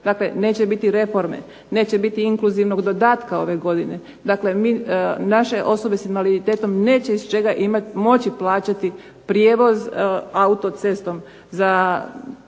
Dakle neće biti reforme, neće biti inkluzivnog dodatka ove godine, dakle mi, naše osobe s invaliditetom neće iz čega imati, moći plaćati prijevoz autocestom za